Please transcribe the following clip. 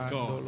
God